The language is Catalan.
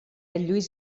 lluís